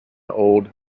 old